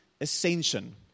ascension